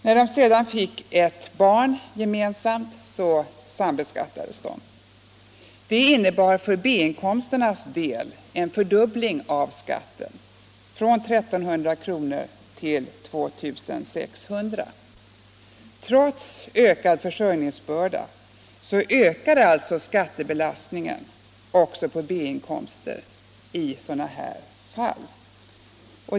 När de sedan fick ett barn gemensamt sambeskattades de, och det innebar för B-inkomsternas del en fördubbling av skatten från 1 300 kr. till 2600 kr. Trots ökad försörjningsbörda växer alltså skattebelastningen också på B-inkomsten i sådana här fall.